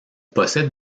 possède